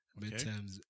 Midterms